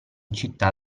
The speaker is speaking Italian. città